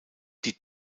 die